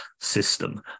system